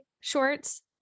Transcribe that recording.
shorts